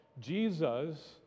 Jesus